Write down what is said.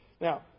Now